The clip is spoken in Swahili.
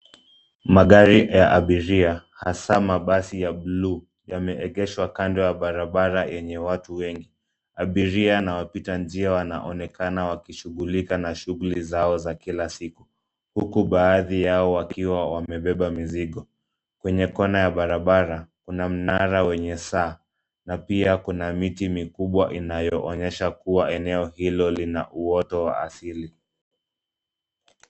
Magari ya abiria hasa mabasi ya bluu yameegeshwa kando ya barabara yenye watu wengi. Abiria na wapita njia wanaonekana wakishughulika na shughuli zao za kila siku, huku baadhi yao wakiwa wamebeba mizigo. Kwenye kona ya barabara kuna mnara wenye saa na pia kuna miti mikubwa inayoonyesha kuwa eneo hilo lina uoto wa asili.